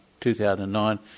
2009